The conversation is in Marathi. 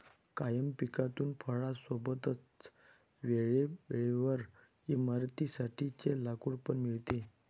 कायम पिकातून फळां सोबतच वेळे वेळेवर इमारतीं साठी चे लाकूड पण मिळते